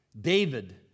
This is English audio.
David